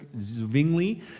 Zwingli